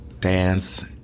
dance